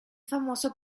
famoso